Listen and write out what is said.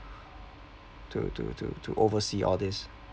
to to to to oversee all these